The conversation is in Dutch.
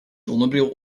zonnebril